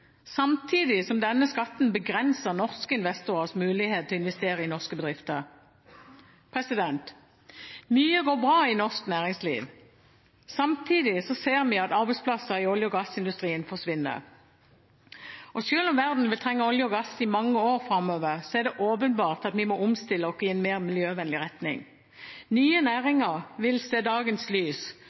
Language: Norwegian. samtidig som denne skatten begrenser norske investorers mulighet til å investere i norske bedrifter? Mye går bra i norsk næringsliv. Samtidig ser vi at arbeidsplasser i olje- og gassindustrien forsvinner. Selv om verden vil trenge olje og gass i mange år framover, er det åpenbart at vi må omstille oss i en mer miljøvennlig retning. Nye næringer vil se dagens lys,